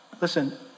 Listen